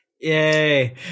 Yay